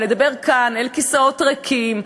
אבל לדבר כאן אל כיסאות ריקים,